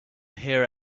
hear